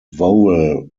vowel